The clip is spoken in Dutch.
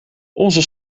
onze